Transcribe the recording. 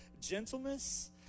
gentleness